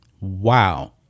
Wow